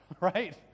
right